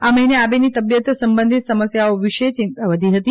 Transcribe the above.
આ મહિને આબેની તબિયત સંબંધિત સમસ્યાઓ વિશે ચિંતા વધી હતી